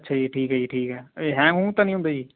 ਅੱਛਾ ਜੀ ਠੀਕ ਹੈ ਜੀ ਠੀਕ ਹੈ ਇਹ ਹੈਂਗ ਹੂੰਗ ਤਾਂ ਨਹੀਂ ਹੁੰਦਾ ਜੀ